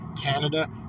Canada